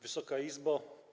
Wysoka Izbo!